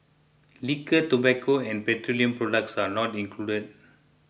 liquor tobacco and petroleum products are not included